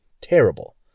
terrible